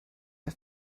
der